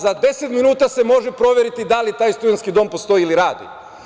Za deset minuta se može proveriti da li taj studentski dom postoji ili radi.